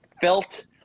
felt